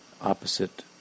opposite